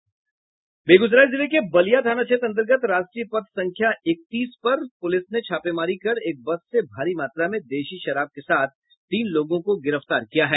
उधर बेगूसराय जिले के बलिया थाना क्षेत्र अंतर्गत राष्ट्रीय पथ संख्या इकतीस पर पुलिस ने छापेमारी कर एक बस से भारी मात्रा में देशी शराब के साथ तीन लोगों को गिरफ्तार किया है